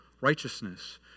righteousness